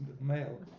male